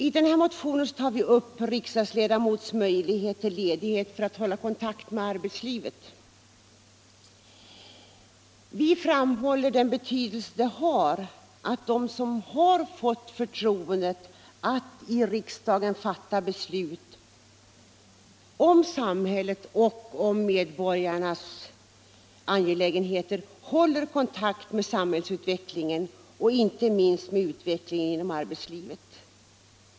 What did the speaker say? I motionen tar vi upp riksdagsledamots möjlighet till ledighet för att hålla kontakt med arbetslivet: Vi framhåller betydelsen av att de som har fått förtroendet att i riksdagen fatta beslut om samhället och medborgarnas angelägenheter håller kontakt med samhällsutvecklingen och inte minst med utvecklingen inom arbetslivet.